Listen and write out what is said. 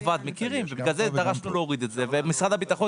לכן דרשנו להוריד את זה ומשרד הביטחון,